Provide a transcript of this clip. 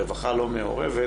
הרווחה לא מעורבת